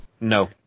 no